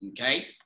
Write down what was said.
okay